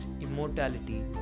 immortality